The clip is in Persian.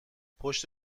پشت